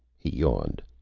he yawned.